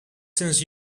since